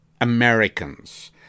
Americans